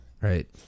right